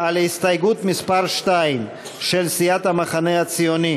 הסתייגות מס' 2 של סיעת המחנה הציוני,